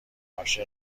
عاشق